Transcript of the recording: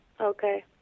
okay